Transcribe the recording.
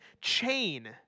chain